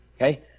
okay